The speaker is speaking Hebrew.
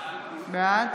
בעד